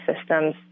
systems